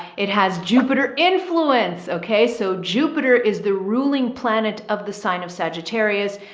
it has jupiter influence. okay. so jupiter is the ruling planet of the sign of sagittarius.